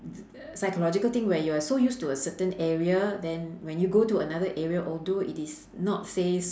psychological thing where you're so used to a certain area then when you go to another area although it is not says